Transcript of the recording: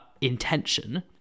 intention